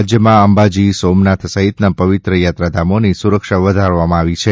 રાજ્યમાં અંબાજી સોમનાથ સહિતના પવિત્ર યાત્રાધામોની સુરક્ષા વધારાઈ છે